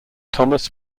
thomas